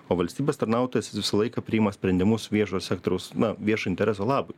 o valstybės tarnautojas jis visą laiką priima sprendimus viešo sektoriaus na viešo intereso labui